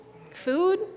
Food